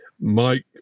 Mike